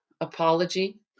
apology